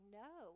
no